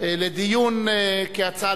לדיון כהצעה